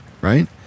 right